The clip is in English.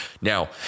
Now